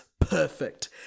perfect